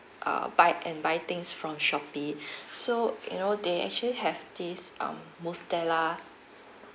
uh buy and buy things from Shopee so you know they actually have this um mustela